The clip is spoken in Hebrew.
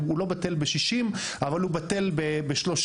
הוא לא בטל בשישים, אבל הוא בטל בשלושים.